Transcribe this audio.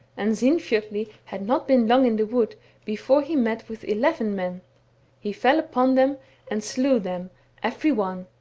and sinfjotli had not been long in the wood before he met with eleven men he fell upon them and slew them every one.